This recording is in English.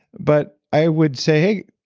but i would say hey.